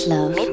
Love